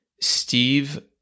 Steve